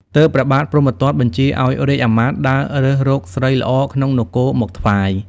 ទើបព្រះបាទព្រហ្មទត្តបញ្ជាឱ្យរាជ្យអាមាត្យដើររើសរកស្រីល្អក្នុងនគរមកថ្វាយ។